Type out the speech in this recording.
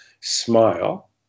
smile